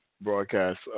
broadcast